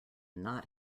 not